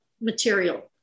material